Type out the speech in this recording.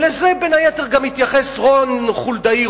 ולזה בין היתר גם התייחס רון חולדאי,